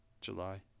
July